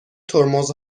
ترمز